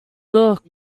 look